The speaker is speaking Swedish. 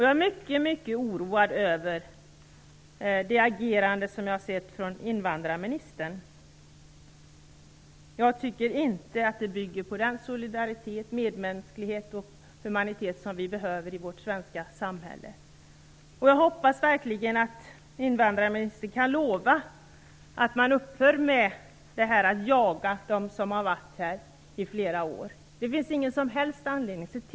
Jag är mycket oroad över det agerande som jag har sett från invandrarministern. Jag tycker inte att det bygger på den solidaritet, medmänsklighet och humanitet som vi behöver i vårt svenska samhälle. Jag hoppas verkligen att invandrarministern kan lova att man upphör med att jaga dem som har varit här i flera år. Det finns ingen som helst anledning att göra det.